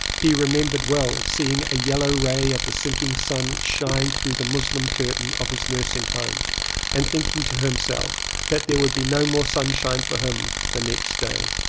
he remembered well seeing a yellow ray of the sinking sun shine through the muslin curtain of his nursing home and thinking to himself that there would be no more sunshine for him the next day.